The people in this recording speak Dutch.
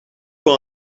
wel